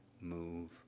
move